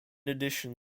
addition